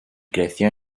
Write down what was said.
creció